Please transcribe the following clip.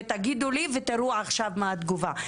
ותגידו לי ותראו עכשיו מה התגובה,